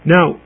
Now